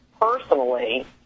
personally